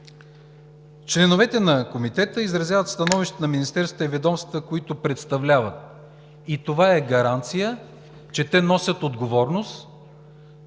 Членовете на Комитета изразяват становищата на министерствата и ведомствата, които представляват. Това е гаранция, че те носят отговорност